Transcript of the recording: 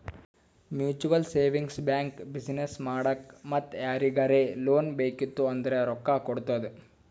mutual savings bank business ಮಾಡಾಕ್ ಮತ್ತ ಯಾರಿಗರೇ ಲೋನ್ ಬೇಕಿತ್ತು ಅಂದುರ್ ರೊಕ್ಕಾ ಕೊಡ್ತುದ್